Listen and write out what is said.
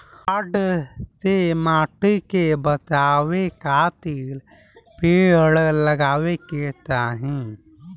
बाढ़ से माटी के बचावे खातिर पेड़ लगावे के चाही